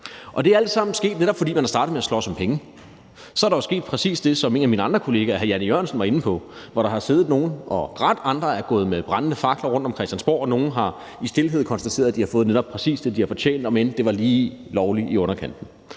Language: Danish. og det er alt sammen sket, netop fordi man er startet med at slås om penge. Så er der jo sket præcis det, som en af mine andre kollegaer, hr. Jan E. Jørgensen, var inde på, at der har siddet nogle og har grædt, andre er gået med brændende fakler rundt om Christiansborg, og nogle har i stilhed konstateret, at de har fået netop præcis det, de har fortjent, om end det var lige lovlig i underkanten.